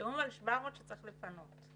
אתם מדברים על 700 שצריך לפנות,